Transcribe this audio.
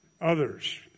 others